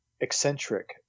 eccentric